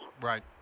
Right